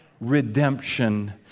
redemption